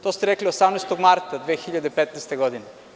To ste rekli 18. marta 2015. godine.